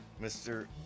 Mr